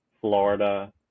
florida